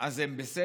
אז הם בסדר,